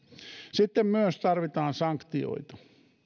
sitten tarvitaan myös sanktioita